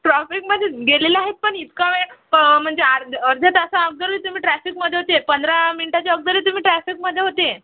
ट्रॉफिकमध्ये गेलेला आहे पण इतका वेळ म्हणजे अर्ध्य अर्ध्या तासा अगोदरही तुम्ही ट्रॅफिकमध्ये होते पंधरा मिन्टाच्या अगोदरही तुम्ही ट्रॅफिकमध्ये होते